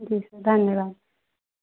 जी sir धन्यवाद